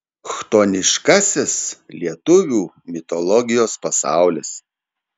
chtoniškasis lietuvių mitologijos pasaulis